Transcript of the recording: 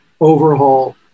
overhaul